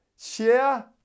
Share